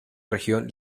región